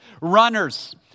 runners